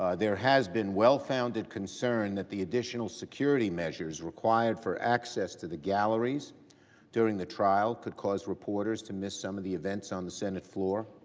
ah there has been well-founded concern that the additional security measures required for access to the galleries during the trial could cause reporters to miss some of the events on the senate floor.